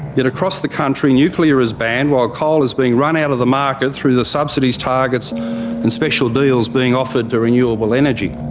yet across the country nuclear is banned while coal is being run out of the market through the subsidies targets and special deals being offered to renewable energy.